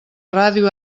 ràdio